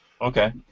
Okay